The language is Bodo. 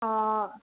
अ